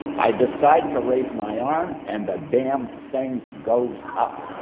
i decide to raise my arm and the damn thing goes up.